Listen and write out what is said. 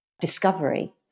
discovery